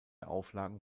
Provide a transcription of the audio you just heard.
auflagen